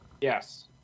Yes